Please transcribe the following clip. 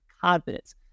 confidence